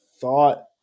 thought